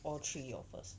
all three of us